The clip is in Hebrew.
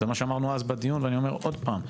זה מה שאמרנו אז בדיון ואני אומר עוד פעם,